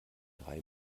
drei